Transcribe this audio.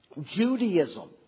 Judaism